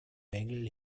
mängel